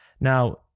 Now